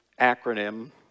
acronym